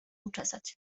uczesać